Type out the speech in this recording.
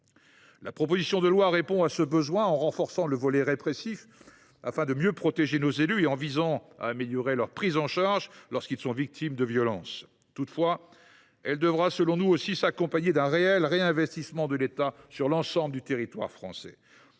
proposition de loi répond à ce besoin en renforçant le volet répressif, afin de mieux protéger nos élus, et en améliorant leur prise en charge lorsqu’ils sont victimes de violences. Toutefois, elle devra aussi s’accompagner d’un réel réinvestissement de l’État dans l’ensemble du territoire français.